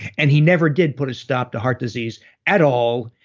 and he never did put a stop to heart disease at all.